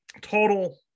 Total